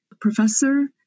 professor